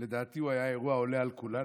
שלדעתי הוא האירוע העולה על כולם,